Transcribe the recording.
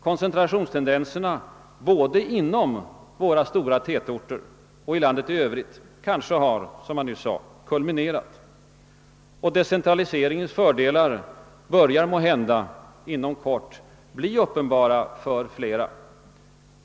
Koncentrationstendenserna — både i våra stora tätorter och i landet i övrigt — kanske har, som jag nyss sade, kulminerat. Och decentraliseringens fördelar börjar måhända inom kort bli alltmer uppenbara för allt flera.